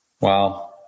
Wow